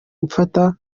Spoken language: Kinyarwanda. mfata